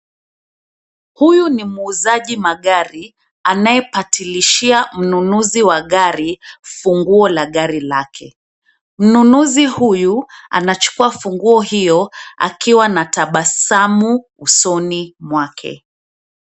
Huyu ni muuzaji magari anayepatilishia mnunuzi wa gari funguo la gari lake. Mnunuzi huyu anachukua funguo hiyo akiwa na tabasamu usoni mwake.